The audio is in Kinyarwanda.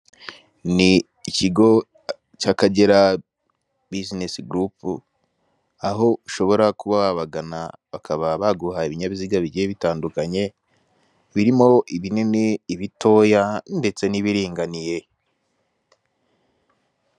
Ni ikigo cy'akagera bizinesi gurupu, aho ushobora kuba wabagana bakaba baguha ibinyabiziga bigiye bitandukanye, birimo ibinini, ibitoya ndetse n'ibiringaniye.